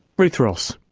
ruth ross.